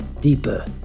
deeper